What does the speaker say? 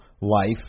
life